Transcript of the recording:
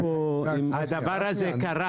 הדבר הזה כבר קרה,